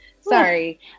sorry